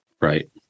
Right